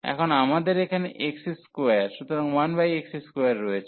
এখন আমাদের এখানে x2 সুতরাং 1x2 রয়েছে